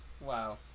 Wow